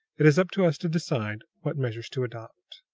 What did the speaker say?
it is up to us to decide what measures to adopt.